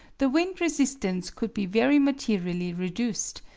the wind resistance could be very materially reduced,